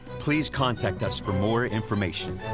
please contact us for more information.